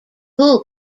kool